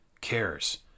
cares